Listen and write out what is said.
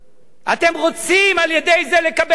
אתם רוצים על-ידי זה לקבל קולות.